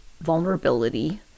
vulnerability